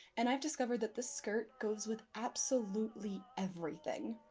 and i've discovered that this skirt goes with absolutely everything.